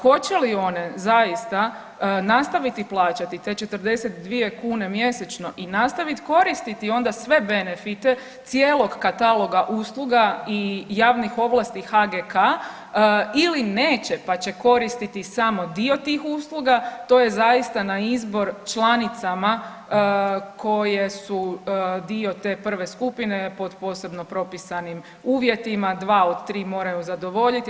Hoće li one zaista nastaviti plaćati te 42 kune mjesečno i nastaviti koristiti onda sve benefite cijelog kataloga usluga i javnih ovlasti HGK ili neće pa će koristiti samo dio tih usluga, to je zaista na izbor članicama koje su dio te prve skupine pod posebno propisanim uvjetima, dva od tri moraju zadovoljiti.